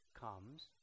comes